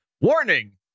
Warning